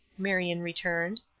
marion returned.